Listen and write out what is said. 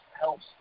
helps